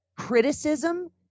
Criticism